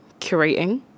curating